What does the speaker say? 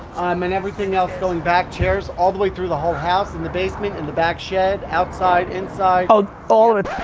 um and everything else going back chairs, all the way through the whole house, and the basement, and the back shed, outside, inside. oh, all of it.